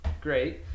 great